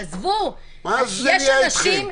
מה נהיה אתכם?